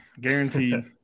guaranteed